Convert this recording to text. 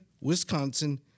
Wisconsin